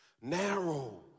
Narrow